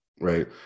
Right